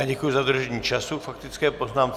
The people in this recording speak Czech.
Děkuji za dodržení času k faktické poznámce.